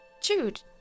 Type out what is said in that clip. Jude